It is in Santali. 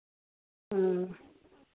ᱦᱮᱸ